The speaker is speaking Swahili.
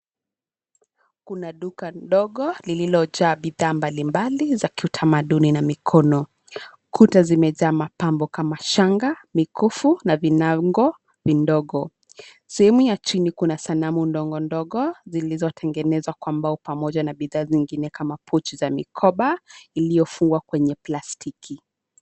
Duka dogo lililojaa bidhaa mbalimbali za kiutamaduni na mikono. Kuta zimejaa mapambo kama shanga, mikufu na vinango vidogo. Sehemu ya chini kuna sanamu ndogo ndogo zilizotengenezwa kwa mbao pamoja na bidhaa zingine kama pochi za mikoba iliyofungwa kwenye plastiki.